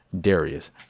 Darius